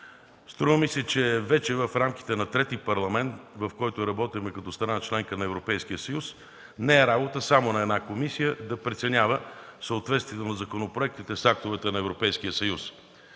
Струва ми се, че вече в рамките на трети парламент, в който работим като страна – членка на Европейския съюз, не е работа само на една комисия да преценява съответствието на законопроектите с актовете на Европейския съюз.